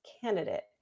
candidate